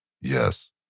Yes